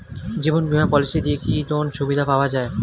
জীবন বীমা পলিসি দিয়ে কি লোনের সুবিধা পাওয়া যায়?